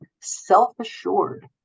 self-assured